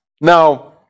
Now